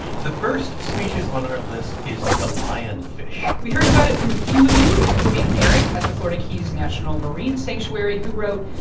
the first species on our list is the lionfish we heard about it from a few of you, including eric at the florida keys national marine sanctuary, who wrote,